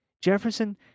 Jefferson